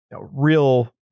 real